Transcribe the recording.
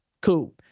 cool